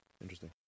Interesting